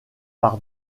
par